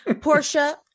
Portia